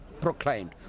proclaimed